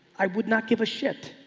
i would not give a shit.